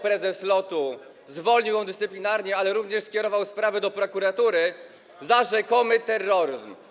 Prezes LOT-u nie tylko zwolnił ją dyscyplinarnie, ale również skierował sprawę do prokuratury za rzekomy terroryzm.